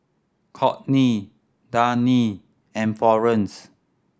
Courtney Dani and Florene